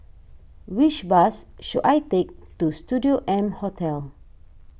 which bus should I take to Studio M Hotel